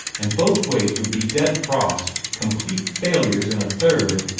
and both ways would be dead frosts complete failures in a third.